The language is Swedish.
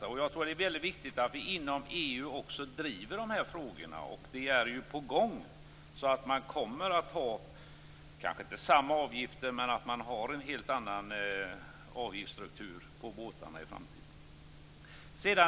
Jag tror att det är väldigt viktigt att vi inom EU också driver dessa frågor - och det är ju på gång - så att man kanske inte kommer att ha samma avgifter men en helt annan avgiftsstruktur när det gäller båtarna i framtiden.